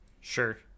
sure